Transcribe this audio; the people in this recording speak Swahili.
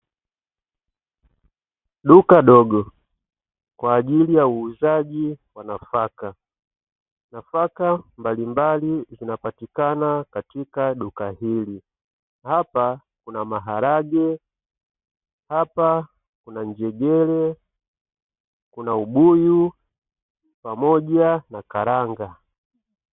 Duka dogo kwaajili ya uuzaji wa nafaka; nafaka mbalimbali zinapatikana katika duka hili hapa kuna: maharage, hapa kuna njegere kuna ubuyu pamoja na karanga.